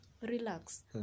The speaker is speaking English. Relax